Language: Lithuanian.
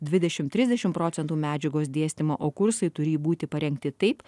dvidešim trisdešim procentų medžiagos dėstymo o kursai turį būti parengti taip